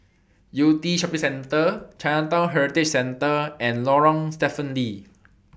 Yew Tee Shopping Centre Chinatown Heritage Centre and Lorong Stephen Lee